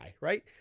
Right